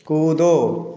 कूदो